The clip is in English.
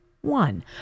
One